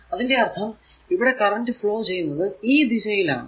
അതിന്റെ അർഥം ഇവിടെ കറന്റ് ഫ്ലോ ചെയ്യുന്നത് ഈ ദിശയിൽ ആണ്